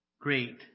great